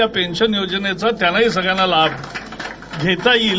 या पेन्शन योजनेचा त्यांनाही सगळ्यांना लाभ घेता येईल